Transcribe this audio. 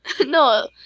No